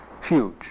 Huge